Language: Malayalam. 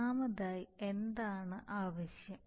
ഒന്നാമതായി എന്താണ് ആവശ്യം